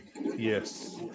yes